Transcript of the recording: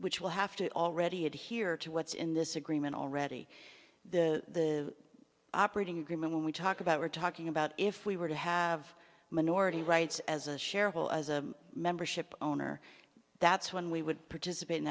which will have to already had here to what's in this agreement already the operating agreement when we talk about we're talking about if we were to have minority rights as a shareholder as a membership owner that's when we would participate in